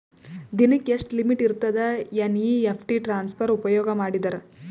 ದಿನಕ್ಕ ಎಷ್ಟ ಲಿಮಿಟ್ ಇರತದ ಎನ್.ಇ.ಎಫ್.ಟಿ ಟ್ರಾನ್ಸಫರ್ ಉಪಯೋಗ ಮಾಡಿದರ?